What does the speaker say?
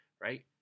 right